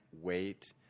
wait